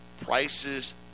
Prices